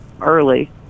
early